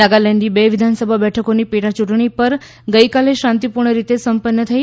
નાગાલેન્ડની બે વિધાનસભા બેઠકોની પેટા યૂંટણી પણ ગઇકાલે શાંતિપૂર્ણ રીતે સંપન્ન થઈ